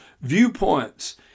viewpoints